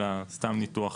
אלא סתם ניתוח